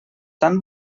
tan